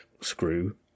screw